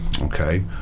okay